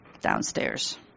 downstairs